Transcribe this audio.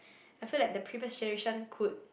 I feel like the previous generation could